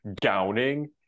gowning